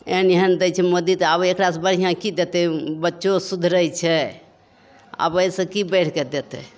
एहन एहन दै छै मोदी तऽ आब एकरासे बढ़िआँ कि देतै बच्चो सुधरै छै आब एहिसे कि बढ़िके देतै